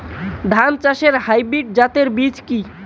ধান চাষের হাইব্রিড জাতের বীজ কি?